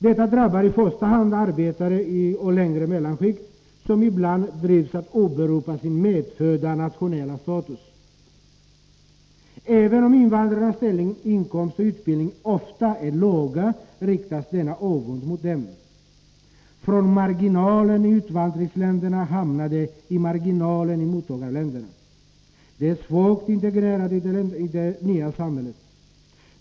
Detta drabbar i första hand arbetare och lägre mellanskikt, som ibland drivs att åberopa sin medfödda nationella status. Även om invandrarnas ställning, inkomst och utbildning ofta är låg riktas denna avund mot dem. Från marginalen i utvandringsländerna hamnar de i marginalen i mottagarländerna. De är svagt integrerade i det nya samhället.